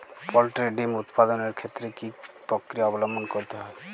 Poultry ডিম উৎপাদনের ক্ষেত্রে কি পক্রিয়া অবলম্বন করতে হয়?